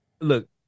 look